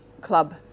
club